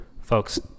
folks